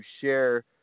share